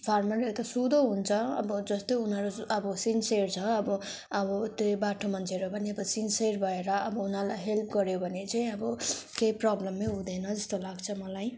फार्मरहरू त सुधो हुन्छ अब जस्तै उनीहरू अब सिन्सियर छ अब अब त्यही बाठो मान्छेहरू पनि सिन्सियर भएर अब उनीहरूलाई हेल्प गर्यो भने चाहिँ अब केही प्रबल्मै हुँदैन जस्तो लाग्छ मलाई